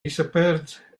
disappeared